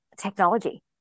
Technology